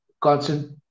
constant